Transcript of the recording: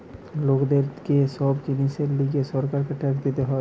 লোকদের কে সব জিনিসের লিগে সরকারকে ট্যাক্স দিতে হয়